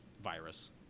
virus